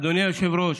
אדוני היושב-ראש,